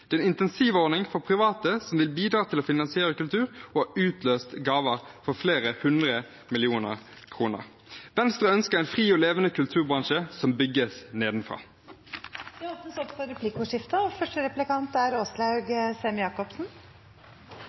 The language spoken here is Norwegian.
Det er en insentivordning for private som vil bidra til å finansiere kultur, og som har utløst gaver for flere hundre millioner kroner. Venstre ønsker en fri og levende kulturbransje som bygges nedenfra. Det blir replikkordskifte. Når jeg sitter og